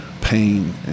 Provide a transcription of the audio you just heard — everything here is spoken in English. pain